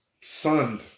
sunned